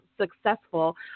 successful